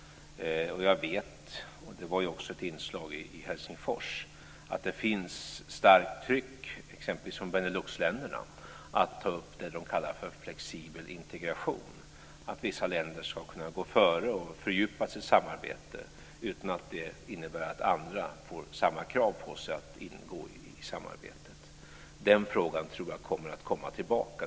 Jag vet, och det var också ett inslag i Helsingfors, att det finns starkt tryck exempelvis från Beneluxländerna att ta upp det de kallar för flexibel integration, att vissa länder ska kunna gå före och fördjupa sitt samarbete utan att det innebär att andra får samma krav på sig att ingå i samarbetet. Den frågan tror jag kommer att komma tillbaka.